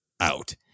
out